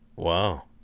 Wow